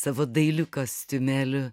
savo dailiu kostiumėliu